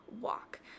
walk